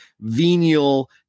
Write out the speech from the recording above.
venial